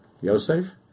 Yosef